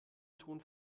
ton